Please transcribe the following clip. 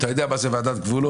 אתה יודע מה זה ועדת גבולות,